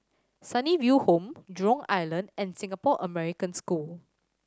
Sunnyville Home Jurong Island and Singapore American School